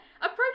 approach